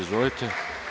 Izvolite.